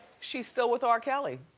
she's still with r. kelly.